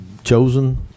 chosen